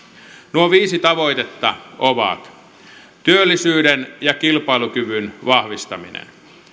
nuo viisi tavoitetta ovat työllisyyden ja kilpailukyvyn vahvistaminen